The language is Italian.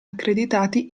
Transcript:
accreditati